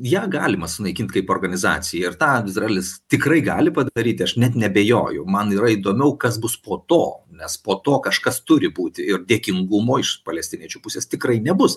ją galima sunaikint kaip organizaciją ir tą izraelis tikrai gali padaryti aš net neabejoju man yra įdomiau kas bus po to nes po to kažkas turi būti ir dėkingumo iš palestiniečių pusės tikrai nebus